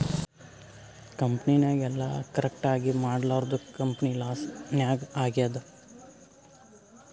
ಕಂಪನಿನಾಗ್ ಎಲ್ಲ ಕರೆಕ್ಟ್ ಆಗೀ ಮಾಡ್ಲಾರ್ದುಕ್ ಕಂಪನಿ ಲಾಸ್ ನಾಗ್ ಆಗ್ಯಾದ್